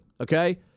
Okay